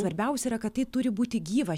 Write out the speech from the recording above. svarbiausia kad tai turi būti gyva